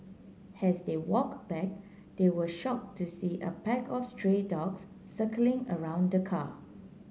as they walk back they were shock to see a pack of stray dogs circling around the car